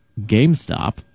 GameStop